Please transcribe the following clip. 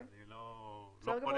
אני לא חולק עליך בכלום.